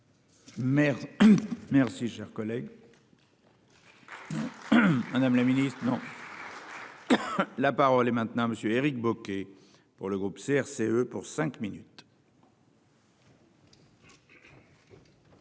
Merci cher collègue. Madame la Ministre non. La parole est maintenant monsieur Éric Bocquet pour le groupe CRCE pour cinq minutes.